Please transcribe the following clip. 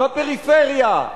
בפריפריה,